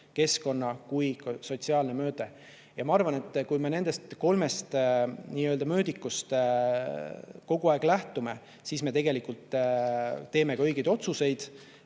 keskkonna- kui ka sotsiaalne mõõde. Ma arvan, et kui me nendest kolmest mõõdikust kogu aeg lähtume, siis me teeme õigeid otsuseid,